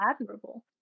admirable